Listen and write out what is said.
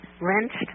Wrenched